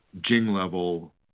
Jing-level